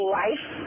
life